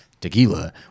tequila